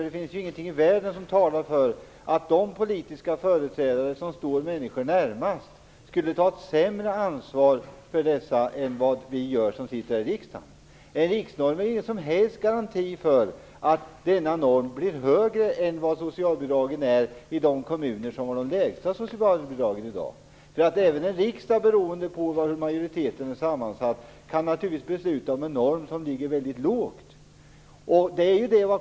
Det finns ingenting i världen som talar för att de politiska företrädare som står människor närmast skulle ta ett sämre ansvar för dem än vad vi som sitter här i riksdagen gör. Att vi får en riksnorm är ingen som helst garanti för att den normen blir högre än vad socialbidragen är i de kommuner som i dag har de lägsta socialbidragen. Även en riksdag, beroende på hur majoriteten är sammansatt, kan naturligtvis besluta om en norm som ligger väldigt lågt.